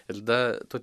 ir tada tu